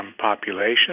population